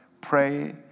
pray